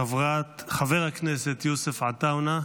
חבר הכנסת יוסף עטאונה,